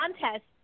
contest